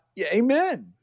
amen